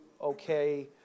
okay